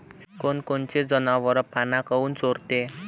कोनकोनचे जनावरं पाना काऊन चोरते?